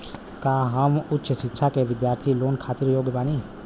का हम उच्च शिक्षा के बिद्यार्थी लोन खातिर योग्य बानी?